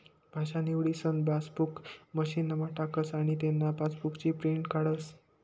भाषा निवडीसन पासबुक मशीनमा टाकस आनी तेना पासबुकनी प्रिंट काढस